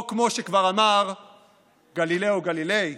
או כמו שכבר אמר גלילאו גליליי: